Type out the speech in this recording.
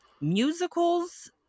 musicals